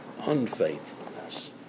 Unfaithfulness